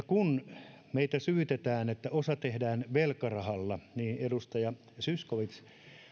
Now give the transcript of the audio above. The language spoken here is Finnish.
kun meitä syytetään siitä että osa tehdään velkarahalla ja edustaja zyskowicz